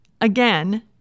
again